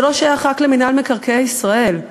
זה לא שייך רק למינהל מקרקעי ישראל.